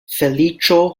feliĉo